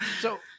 So-